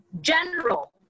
general